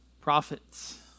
Prophets